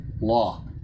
law